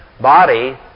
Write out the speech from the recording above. Body